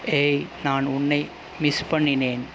ஏய் நான் உன்னை மிஸ் பண்ணினேன்